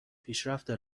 پیشرفت